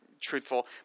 truthful